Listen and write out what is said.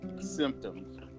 symptoms